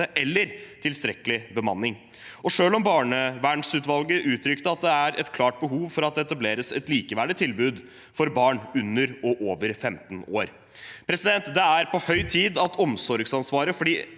eller tilstrekkelig bemanning, selv om barnevernsutvalget uttrykte at det er et klart behov for at det etableres et likeverdig tilbud for barn under og over 15 år. Det er på høy tid at omsorgsansvaret for